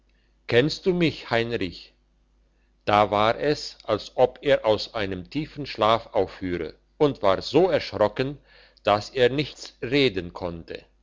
kennst du mich heinrich da war es als ob er aus einem tiefen schlaf aufführe und war so erschrocken dass er nichts reden konnte